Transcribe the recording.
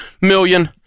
million